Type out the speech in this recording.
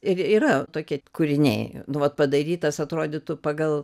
ir yra tokie kūriniai nu vat padarytas atrodytų pagal